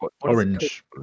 orange